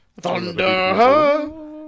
Thunder